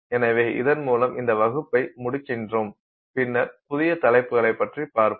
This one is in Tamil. எனவே இதன் மூலம் இந்த வகுப்பை முடிக்கிறோம் பின்னர் புதிய தலைப்புகளை பற்றிப் பார்ப்போம்